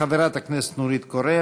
חברת הכנסת נורית קורן,